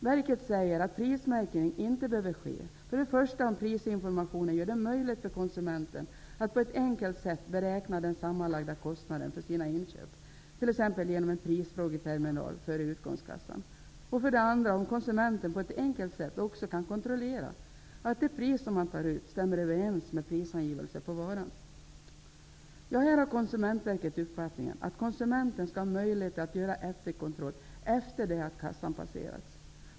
Verket säger att prismärkning inte behöver ske om prisinformationen gör det möjligt för konsumenten att på ett enkelt sätt beräkna den sammanlagda kostnaden för sina inköp, t.ex. genom en prisfrågeterminal före utgångskassan, och om konsumenten på ett enkelt sätt också kan kontrollera att det pris som tas ut stämmer överens med prisangivelsen på varan. Här har Konsumentverket uppfattningen att konsumenten skall ha möjlighet att göra efterkontroll efter det att kassan har passerats.